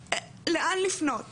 לדווח לאינסטגרם,